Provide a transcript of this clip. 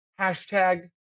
Hashtag